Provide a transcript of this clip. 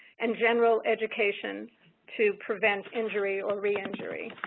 and general education to prevent injury or reentry.